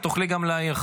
את תוכלי גם להעיר,